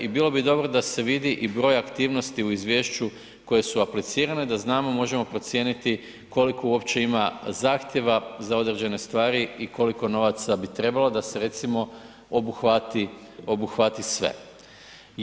I bilo bi dobro da se vidi i broj aktivnosti u izvješću koje su aplicirane da znamo, možemo procijeniti koliko uopće ima zahtjeva za određene stvari i koliko novaca bi trebalo da se recimo obuhvati, obuhvati sve.